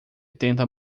tenta